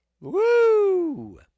Woo